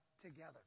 together